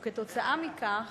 וכתוצאה מכך